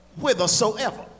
whithersoever